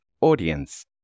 audience